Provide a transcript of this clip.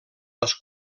les